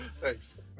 Thanks